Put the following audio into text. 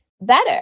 better